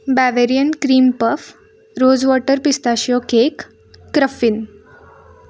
Bavarian cream puff rosewater pistachio cake cruffin